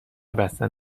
بستن